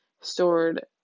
stored